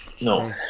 no